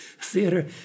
theater